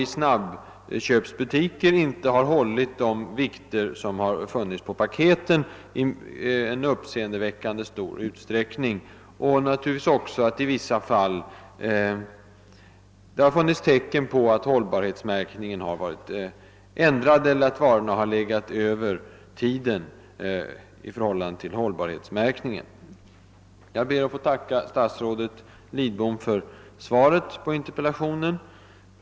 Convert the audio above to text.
i snabbköpsbutiker i uppseendeväckande stor utsträckning inte har hållit de vikter som angivits på paketen och att det i vissa fall har funnits tecken på att hållbarhetsmärkningen har blivit ändrad eller att varorna har l1egat kvar i butiken efter den sista försäljningsdag som angivits på förpackningen. Jag tackar statsrådet Lidbom för svaret på interpellationen.